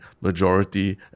majority